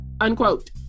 unquote